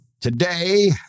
today